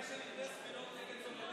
אני מציע שנקנה ספינות נגד צוללות.